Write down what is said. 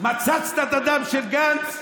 מצצת את הדם של גנץ,